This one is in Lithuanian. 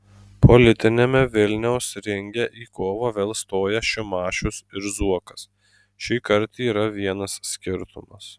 politiniame vilniaus ringe į kovą vėl stoja šimašius ir zuokas šįkart yra vienas skirtumas